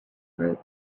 group